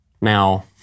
Now